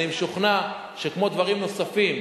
אני משוכנע שכמו דברים נוספים,